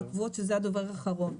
של הדובר האחרון.